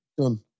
Done